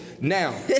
now